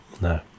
No